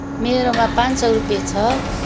मेरोमा पाँच सौ रुपियाँ छ